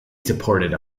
supported